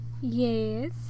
Yes